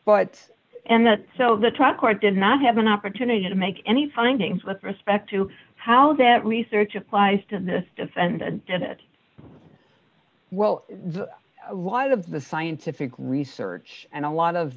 but and so the trial court did not have an opportunity to make any findings with respect to how that research applies to this defendant did it well the why the the scientific research and a lot of